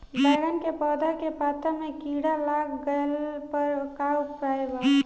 बैगन के पौधा के पत्ता मे कीड़ा लाग गैला पर का उपाय बा?